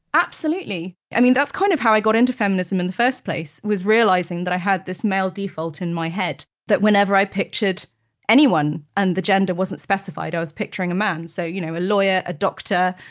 absolutely. i mean, that's kind of how i got into feminism in the first place was realizing that i had this male default in my head, that whenever i pictured anyone, and the gender wasn't specified, i was picturing a man. so you know a lawyer, a doctor,